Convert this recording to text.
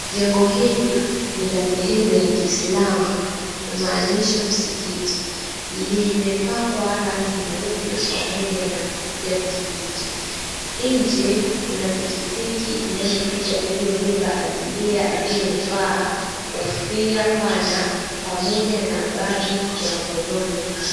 Jengo hili ni la dhehebu la kiislamu, kumaanisha msikiti. Limepakwa rangi nyeupe pamoja na kijani kibichi. Nje kuna pikipiki inayopita iliyobeba abiria aliyevaa kofia pana pamoja na bagi ya mkononi.